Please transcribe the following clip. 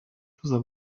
tuza